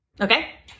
okay